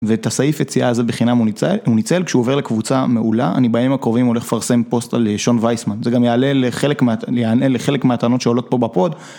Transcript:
ואת הסעיף יציאה הזה בחינם הוא ניצל, הוא ניצל, כשהוא עובר לקבוצה מעולה. אני בימים הקרובים הולך לפרסם פוסט על שון וייסמן, זה גם יעלה לחלק מה... יענה לחלק מהטענות שעולות פה בפוד.